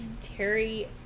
Terry